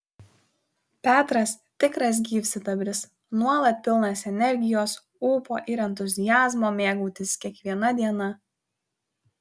petras tikras gyvsidabris nuolat pilnas energijos ūpo ir entuziazmo mėgautis kiekviena diena